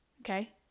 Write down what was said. Okay